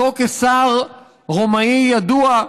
אותו קיסר רומאי ידוע,